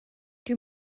dwi